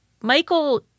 Michael